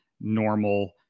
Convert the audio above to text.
normal